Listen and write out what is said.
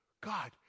God